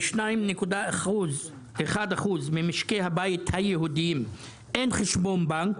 ל-2.1 אחוז ממשקי הבית היהודיים אין חשבון בנק,